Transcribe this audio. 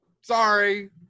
sorry